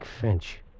Finch